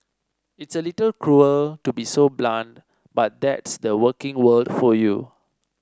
it's a little cruel to be so blunt but that's the working world for you